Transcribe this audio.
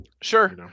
Sure